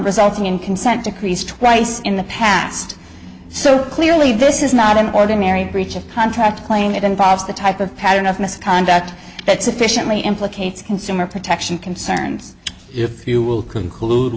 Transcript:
resulting in consent decrees twice in the past so clearly this is not an ordinary breach of contract claim it involves the type of pattern of misconduct that sufficiently implicates consumer protection concerns if you will conclude